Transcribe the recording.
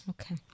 Okay